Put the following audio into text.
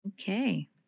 Okay